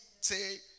say